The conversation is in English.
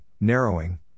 narrowing